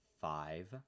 Five